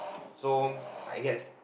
so I guess